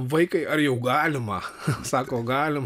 vaikai ar jau galima sako galima